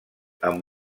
amb